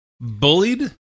bullied